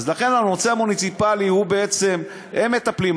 אז לכן הנושא המוניציפלי, בעצם הם מטפלים.